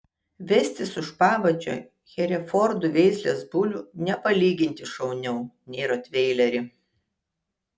vestis už pavadžio herefordų veislės bulių nepalyginti šauniau nei rotveilerį